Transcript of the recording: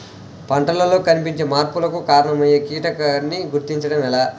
పంటలలో కనిపించే మార్పులకు కారణమయ్యే కీటకాన్ని గుర్తుంచటం ఎలా?